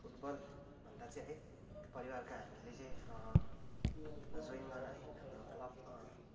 football भन्दा चाहिँ है परिवारका हामीले चाहिँ जोइन गर्न है हाम्रो क्लब